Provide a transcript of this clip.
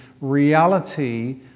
reality